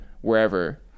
wherever